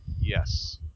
Yes